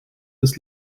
des